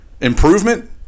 improvement